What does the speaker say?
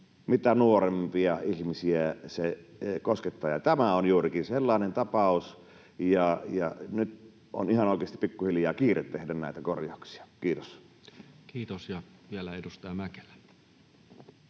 mitä nuorempia ihmisiä se koskettaa. Tämä on juurikin sellainen tapaus, ja nyt on ihan oikeasti pikkuhiljaa kiire tehdä näitä korjauksia. — Kiitos. [Speech